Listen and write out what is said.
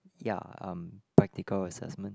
ya um practical assessment